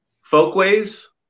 Folkways